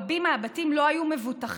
רבים מהבתים לא היו מבוטחים,